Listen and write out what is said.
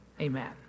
Amen